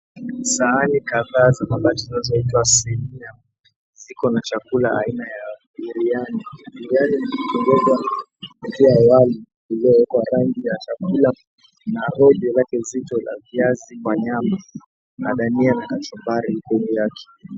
Sahani kadha za mabati zinazo itwa sinia zikona chakula aina ya biriani biriani imetengenezwa kupita wali uliowekwa rangi ya chakula na rojo lake zito la viazi kwa nyama na dania na kachumbari juu yake.